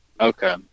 Okay